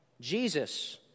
Jesus